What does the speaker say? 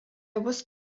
was